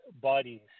bodies